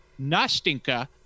Nastinka